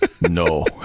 No